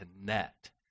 connect